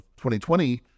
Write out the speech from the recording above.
2020